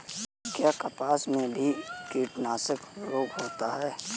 क्या कपास में भी कीटनाशक रोग होता है?